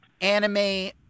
anime